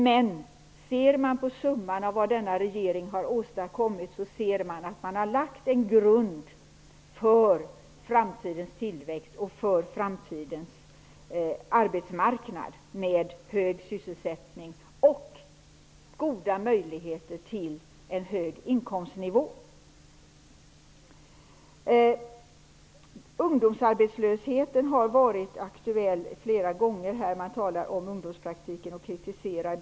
Men ser man till vad den här regeringen totalt har åstadkommit, finner man att den har lagt grunden för en framtida tillväxt och för framtidens arbetsmarknad med hög sysselsättning och goda möjligheter till en hög inkomstnivå. Ungdomsarbetslösheten har aktualiserats flera gånger här. Det har också talats om ungdomspraktiken, som man kritiserar.